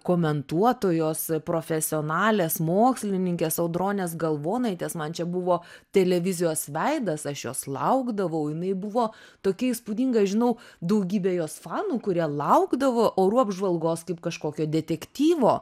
komentuotojos profesionalės mokslininkės audronės galvonaitės man čia buvo televizijos veidas aš jos laukdavau jinai buvo tokia įspūdinga žinau daugybę jos fanų kurie laukdavo orų apžvalgos kaip kažkokio detektyvo